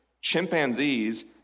chimpanzees